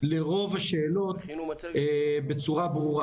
לרוב השאלות בצורה ברורה.